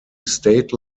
state